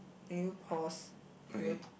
can you pause I go